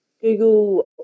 Google